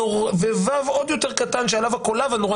ווו עוד יותר קטן שעליו הקולב הנורא